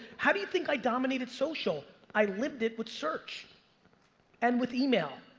how do you think i dominated social? i lived it with search and with email,